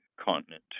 continent